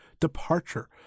departure